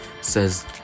says